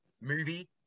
movie